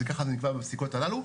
כך נקבע בפסיקות הללו,